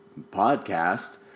podcast